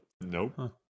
Nope